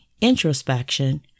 introspection